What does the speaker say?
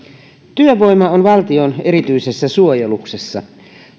työvoima on valtion erityisessä suojeluksessa